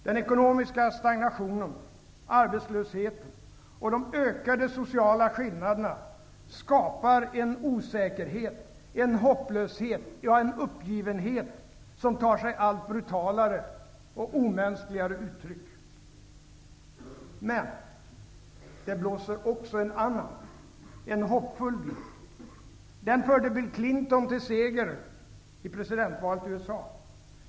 Den ekonomiska stagnationen, arbetslösheten och de ökade sociala skillnaderna skapar osäkerhet, hopplöshet och uppgivenhet som tar sig allt brutalare och omänskligare uttryck. Det blåser också en annan vind -- en hoppfull vind. Den vinden förde Bill Clinton till seger i presidentvalet i USA.